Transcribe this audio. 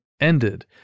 ended